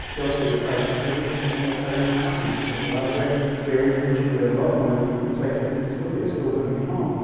they'll tell you crisis services and they'll tell you housing, because a lot of their their individual loved ones with psychiatric disability are still living at home,